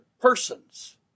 persons